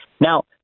Now